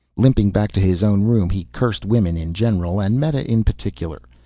limping back to his own room he cursed women in general and meta in particular.